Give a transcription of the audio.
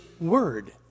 word